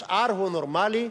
השאר הוא נורמלי?